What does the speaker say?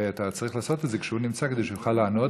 ואתה צריך לעשות את זה כשהוא נמצא כדי שיוכל לענות.